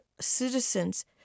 citizens